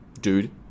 dude